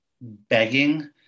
begging